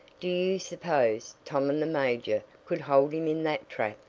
do you suppose tom and the major could hold him in that trap?